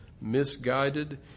misguided